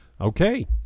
okay